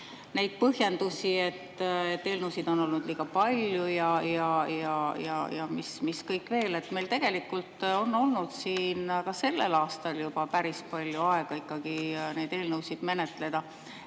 neid põhjendusi, et eelnõusid on olnud liiga palju ja mis kõik veel. Meil tegelikult on olnud ka sellel aastal juba päris palju aega neid eelnõusid menetleda.